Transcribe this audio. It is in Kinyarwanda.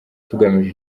tugamije